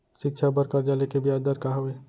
शिक्षा बर कर्जा ले के बियाज दर का हवे?